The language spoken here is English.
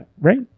right